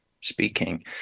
speaking